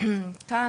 כאן,